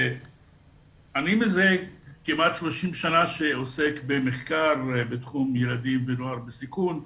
אני כמעט 30 שנים עוסק במחקר בתחום ילדים ונוער בסיכון.